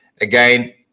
again